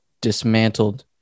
dismantled